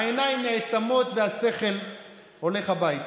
העיניים נעצמות והשכל הולך הביתה.